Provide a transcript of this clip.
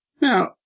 Now